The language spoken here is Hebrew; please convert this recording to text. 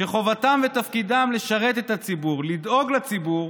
שחובתם ותפקידם לשרת את הציבור, לדאוג לציבור,